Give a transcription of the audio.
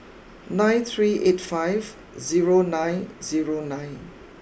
nine three eight five zero nine zero nine